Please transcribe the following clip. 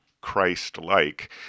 Christ-like